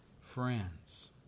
friends